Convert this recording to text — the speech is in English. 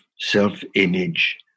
self-image